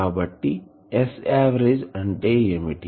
కాబట్టి Sఆవరేజ్ అంటే ఏమిటి